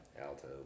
Alto